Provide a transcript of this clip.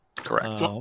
correct